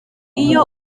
iyo